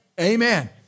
Amen